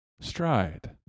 stride